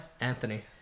Anthony